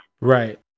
Right